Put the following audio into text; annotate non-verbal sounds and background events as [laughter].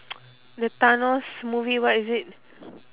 [noise] the thanos movie what is it